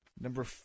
Number